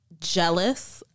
jealous